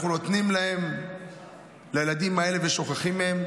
אנחנו נותנים לילדים האלה ושוכחים מהם?